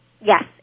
Yes